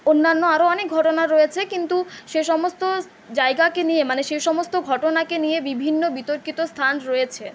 অন্যান্য আরও অনেক ঘটনা রয়েছে কিন্তু সে সমস্ত জায়গাকে নিয়ে মানে সে সমস্ত ঘটনাকে নিয়ে বিভিন্ন বিতর্কিত স্থান রয়েছে